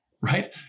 right